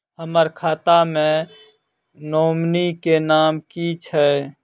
हम्मर खाता मे नॉमनी केँ नाम की छैय